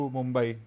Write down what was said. Mumbai